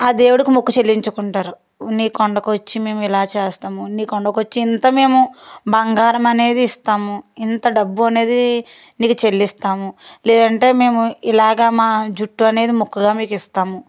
ఆ దేవుడికి మొక్కు చెల్లించుకుంటారు నీ కొండకు వచ్చి మేము ఇలా చేస్తాము నీ కొండకు వచ్చి ఇంతమేము బంగారం అనేది ఇస్తాము ఇంత డబ్బు అనేది నీకు చెల్లిస్తాము లేదంటే మేము ఇలాగా మా జుట్టు అనేది మొక్కుగా మీకు ఇస్తాము